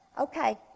Okay